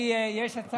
יש הסתייגות אחת.